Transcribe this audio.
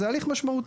זה הליך משמעותי.